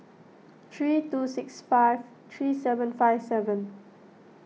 three two six five three seven five seven